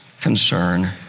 concern